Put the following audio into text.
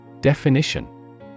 Definition